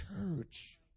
church